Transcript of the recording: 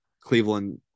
Cleveland